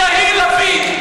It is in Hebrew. יהיר לפיד.